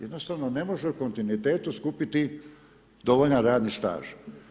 Jednostavno ne može u kontinuitetu skupiti dovoljan radni staž.